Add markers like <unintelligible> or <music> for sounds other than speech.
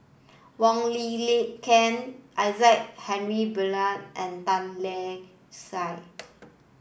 Wong Lin <unintelligible> Ken Isaac Henry Burkill and Tan Lark Sye